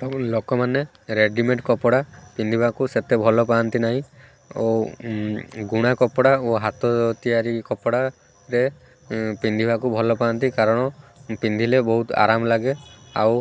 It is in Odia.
ଟାଉନ୍ ଲୋକମାନେ ରେଡ଼ିମେଡ଼୍ କପଡ଼ା ପିନ୍ଧିବାକୁ ସେତେ ଭଲ ପାଆନ୍ତି ନାହିଁ ଓ ବୁଣା କପଡ଼ା ଓ ହାତ ତିଆରି କପଡ଼ାରେ ପିନ୍ଧିବାକୁ ଭଲ ପାଆନ୍ତି କାରଣ ପିନ୍ଧିଲେ ବହୁତ ଆରାମ ଲାଗେ ଆଉ